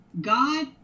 God